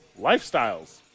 lifestyles